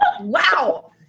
Wow